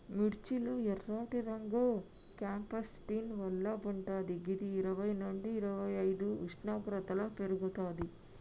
మిర్చి లో ఎర్రటి రంగు క్యాంప్సాంటిన్ వల్ల వుంటది గిది ఇరవై నుండి ఇరవైఐదు ఉష్ణోగ్రతలో పెర్గుతది